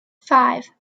five